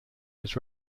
its